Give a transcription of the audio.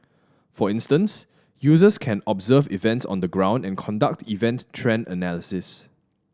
for instance users can observe events on the ground and conduct event trend analysis